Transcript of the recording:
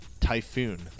typhoon